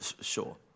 Sure